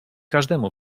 każdemu